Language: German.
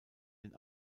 den